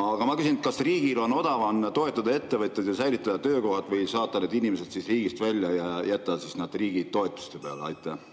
Aga ma küsin: kas riigil on odavam toetada ettevõtjaid ja säilitada töökohad või saata need inimesed riigist välja ja jätta nad riigi toetuste peale? Tänan